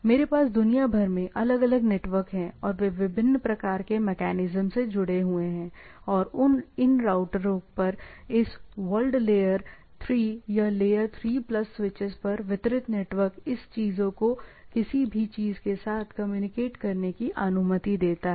मेरे पास दुनिया भर में अलग अलग नेटवर्क हैं और वे विभिन्न प्रकार के मकैनिज्म से जुड़े हुए हैं और इन राउटरों पर इस वर्ल्ड लेयर 3 या लेयर 3 प्लस स्विचेस पर वितरित नेटवर्क इन चीजों को किसी भी चीज के साथ कम्युनिकेट करने की अनुमति देता है